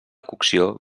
cocció